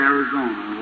Arizona